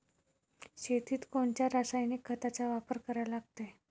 शेतीत कोनच्या रासायनिक खताचा वापर करा लागते?